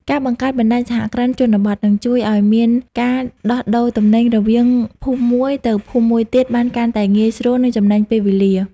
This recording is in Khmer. ការបង្កើត "បណ្ដាញសហគ្រិនជនបទ" នឹងជួយឱ្យមានការដោះដូរទំនិញរវាងភូមិមួយទៅភូមិមួយទៀតបានកាន់តែងាយស្រួល និងចំណេញពេលវេលា។